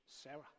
Sarah